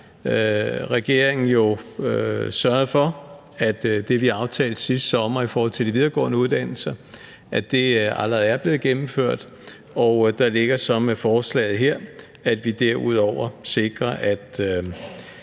regeringen jo sørget for, at det, vi aftalte sidste sommer i forhold til de videregående uddannelser, allerede er blevet gennemført. Det ligger så i forslaget her, at vi derudover sikrer, at